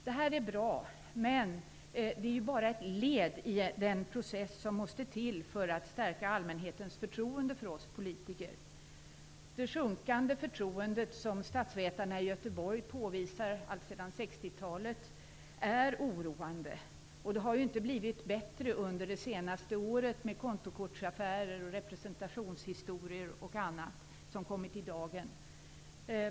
Det här är bra, men det är bara ett led i den process som måste till för att stärka allmänhetens förtroende för oss politiker. Det sjunkande förtroendet, som statsvetarna i Göteborg påvisar allt sedan 60-talet, är oroande. Och det har inte blivit bättre under det senaste året med kontokortsaffärer, representationshistorier och annat som har kommit i dagen.